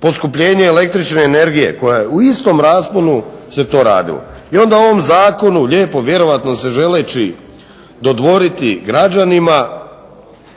poskupljenje el.energije koja je u istom rasponu se to radilo. I onda u ovom zakonu lijepo vjerojatno se želeći dodvoriti građanima